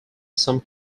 some